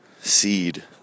seed